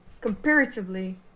comparatively